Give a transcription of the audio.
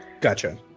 Gotcha